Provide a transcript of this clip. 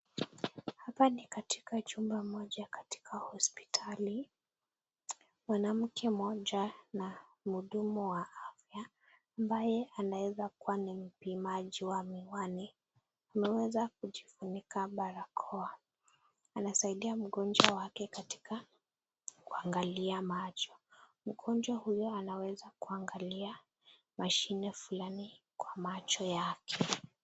Hapa ni katika chumba moja katika hospitali. Mwanamke moja na mhudumu wa afya ambaye anaeza kuwa ni mpimaji wa miwani ameweza kujifunika barakoa. Anasaidia mgonjwa wake katika kuangalia macho. Mgonjwa huyo anaweza kuangalia mashine fulani kwa macho yake.